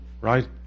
right